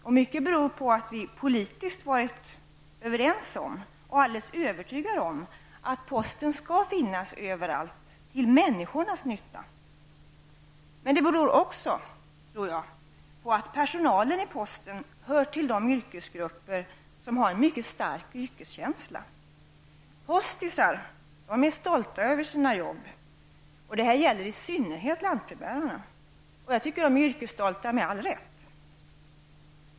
Till stor del beror det på att vi politiskt har varit överens om och alldeles övertygade om att posten skall finnas överallt till människornas nytta. Men jag tror också att det beror på att personalen inom posten hör till de yrkesgrupper som har en mycket stark yrkeskänsla. ''Postisar'' är stolta över sina jobb, och detta gäller i synnerhet lantbrevbärarna. Jag tycker att det med all rätt är yrkesstolta.